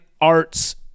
Arts